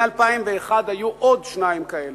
מ-2001 היו עוד שניים כאלה.